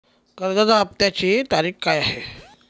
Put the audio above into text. कर्जाचा हफ्त्याची तारीख काय आहे?